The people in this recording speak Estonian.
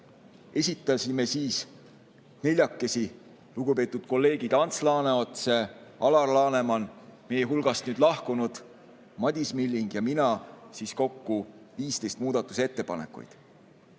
esitasime neljakesi – lugupeetud kolleegid Ants Laaneots, Alar Laneman, meie hulgast nüüdseks lahkunud Madis Milling ja mina – kokku 15 muudatusettepanekut.